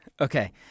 Okay